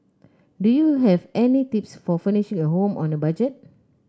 do you have any tips for furnishing a home on a budget